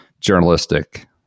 journalistic